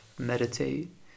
meditate